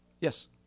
Yes